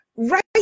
Right